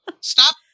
Stop